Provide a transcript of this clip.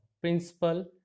principal